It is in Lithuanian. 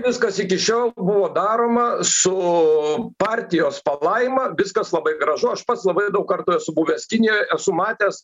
viskas iki šiol buvo daroma su partijos palaima viskas labai gražu aš pats labai daug kartu esu buvęs kinijoj esu matęs